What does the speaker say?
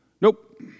Nope